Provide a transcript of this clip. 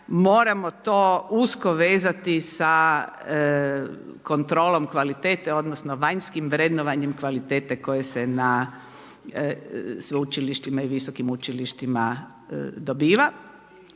moramo to usko vezati sa kontrolom kvalitete odnosno vanjskim vrednovanjem kvalitete koje se na sveučilištima i visokim učilištima dobiva.